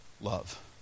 Love